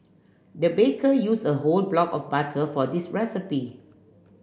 the baker used a whole block of butter for this recipe